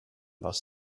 was